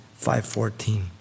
5.14